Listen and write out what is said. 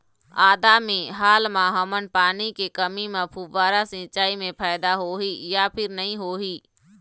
आदा मे हाल मा हमन पानी के कमी म फुब्बारा सिचाई मे फायदा होही या फिर नई होही?